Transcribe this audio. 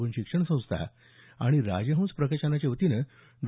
भू शिक्षण संस्था आणि राजहंस प्रकाशनाच्या वतीनं डॉ